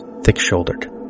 thick-shouldered